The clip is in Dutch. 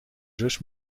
zus